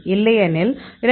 இல்லையெனில் 2